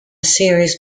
series